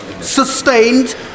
sustained